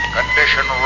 Condition